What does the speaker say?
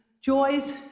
joys